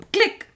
Click